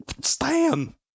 Stan